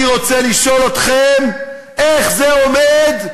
אני רוצה לשאול אתכם: איך זה עומד,